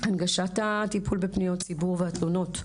הנגשת הטיפול בפניות ציבור והתלונות.